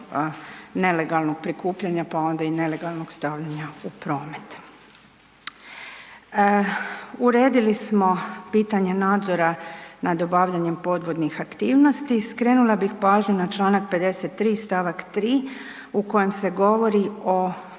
nelegalnog prikupljanja, pa onda i nelegalnog stavljanja u promet. Uredili smo pitanje nadzora nad obavljanjem podvodnih aktivnosti. Skrenula bih pažnju na čl. 53. st. 3. u kojem se govori o